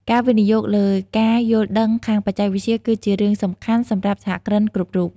ការវិនិយោគលើការយល់ដឹងខាងបច្ចេកវិទ្យាគឺជារឿងសំខាន់សម្រាប់សហគ្រិនគ្រប់រូប។